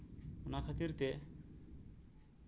ᱚᱱᱟ ᱠᱷᱟᱹᱛᱤᱨ ᱛᱮ